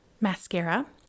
mascara